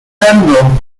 handle